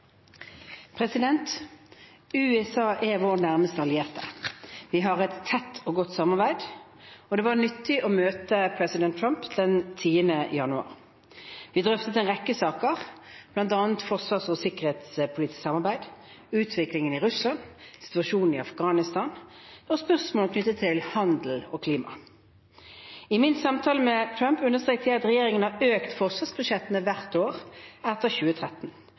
USA er vår nærmeste allierte. Vi har et tett og godt samarbeid, og det var nyttig å møte president Trump den 10. januar. Vi drøftet en rekke saker, bl.a. forsvars- og sikkerhetspolitisk samarbeid, utviklingen i Russland, situasjonen i Afghanistan og spørsmål knyttet til handel og klima. I min samtale med Trump understreket jeg at regjeringen har økt forsvarsbudsjettene hvert år etter 2013